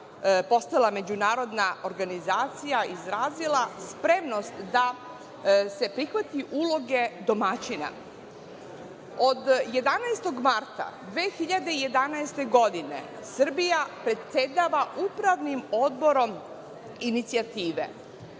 postala međunarodna organizacija izrazila spremnost da se prihvati uloge domaćina. Od 11. marta 2011. godine Srbija predsedava Upravnim odborom inicijative.